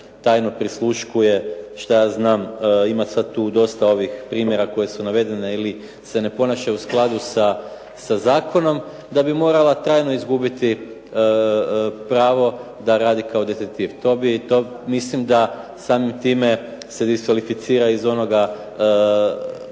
tajno prisluškuje. Ima sad tu dosta ovih primjera koji su navedeni, ili se ne ponaša u skladu sa zakonom da bi morala trajno izgubiti pravo da radi kao detektiv. Mislim da samim time se diskvalificira iz onoga